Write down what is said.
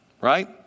right